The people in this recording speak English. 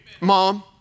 Mom